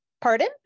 Pardon